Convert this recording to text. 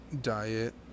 diet